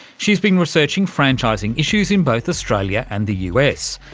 she's been researching franchising issues in both australia and the us.